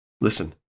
Listen